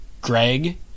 Greg